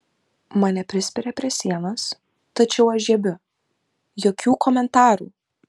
mane prispiria prie sienos tačiau aš žiebiu jokių komentarų